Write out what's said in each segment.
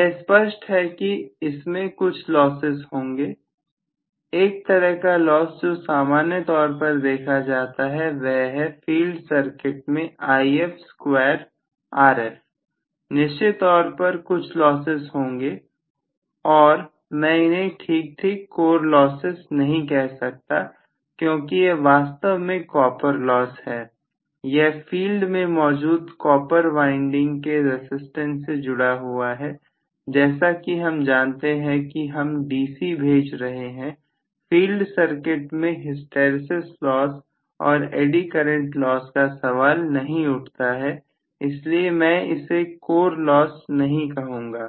यह स्पष्ट है कि इसमें कुछ लॉसेस होंगे एक तरह का लॉस जो सामान्य तौर पर देखा जा सकता है वह है फील्ड सर्किट में If स्क्वायर Rf निश्चित तौर पर कुछ लॉसेस होंगे और मैं इन्हें ठीक ठीक कोर लॉसेस नहीं कह सकता क्योंकि यह वास्तव में कॉपर लॉस है यह फील्ड में मौजूद कॉपर वाइंडिंग के रसिस्टेंस से जुड़ा हुआ है जैसा कि हम जानते हैं कि हम DC भेज रहे हैं फील्ड सर्किट में हिस्ट्रेसिस लॉस और एड्डी करंट लॉस का सवाल नहीं उठता हैइसलिए मैं इससे कोर लॉसेस नहीं कहूंगा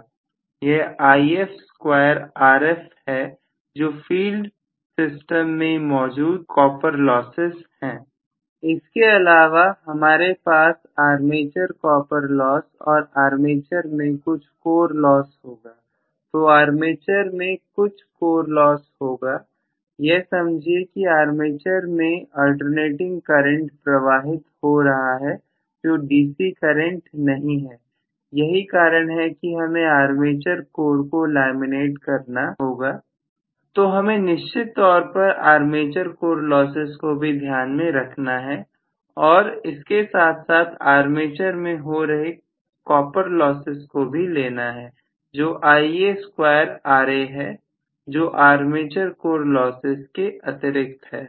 यह If स्क्वायर Rf है जो फील्ड सिस्टम मैं मौजूद कॉपर लॉसेस है इसके अलावा हमारे पास आर्मेचर कॉपर लॉस और आर्मेचर में कुछ कोर लॉस होगा तो आर्मेचर में कुछ कोर लॉस होगा यह समझिए कि आर्मेचर में अल्टरनेटिंग करंट प्रवाहित हो रहा है जो DC करंट नहीं है यही कारण है कि हमें आर्मेचर कोर को लेमिनेट करना होगा तो हमें निश्चित तौर पर आर्मेचर कोर लॉसेज को भी ध्यान में रखना है और इसके साथ साथ आर्मेचर में हो रहे कॉपर लॉसेस को भी लेना है जो Ia स्क्वायर Ra है जो आर्मेचर कोर लॉसेज से अतिरिक्त है